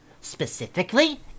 Specifically